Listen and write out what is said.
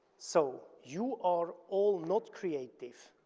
so, you are all not creative,